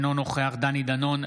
אינו נוכח דני דנון,